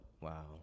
Wow